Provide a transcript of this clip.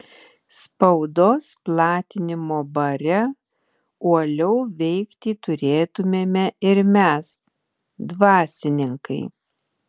spaudos platinimo bare uoliau veikti turėtumėme ir mes dvasininkai